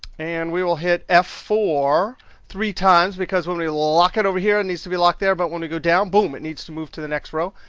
and we will hit f four three times, because when we lock it over here, it and needs to be locked there. but when we go down, boom, it needs to move to the next row,